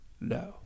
No